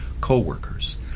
co-workers